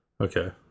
Okay